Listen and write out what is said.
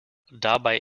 dabei